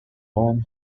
home